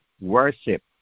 worship